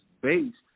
based